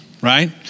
right